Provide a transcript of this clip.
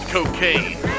Cocaine